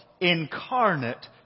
incarnate